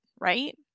right